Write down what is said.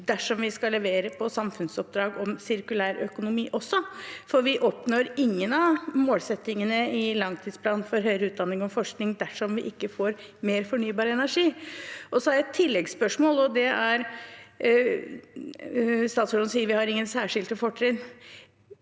dersom vi også skal levere på samfunnsoppdrag om sirkulær økonomi, for vi oppnår ingen av målsettingene i langtidsplanen for høyere utdanning og forskning dersom vi ikke får mer fornybar energi. Så har jeg et tilleggsspørsmål, for statsråden sier at vi ikke har noen særskilte fortrinn.